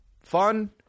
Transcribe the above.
fun